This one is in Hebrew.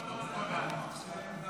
אני בעד.